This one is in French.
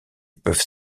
peuvent